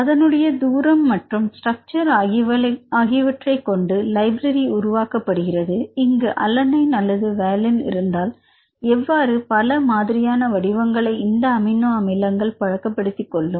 அதனுடைய தூரம் மற்றும் ஸ்ட்ரக்சர் ஆகியவைகளை கொண்டு லைப்ரரி உருவாக்கப்படுகிறது இங்கு அலனைன் அல்லது வேலின் இருந்தால் எவ்வாறு பல மாதிரியான வடிவங்களை இந்த அமினோ அமிலங்கள் பழக்கப்படுத்திக் கொள்ளும்